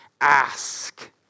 ask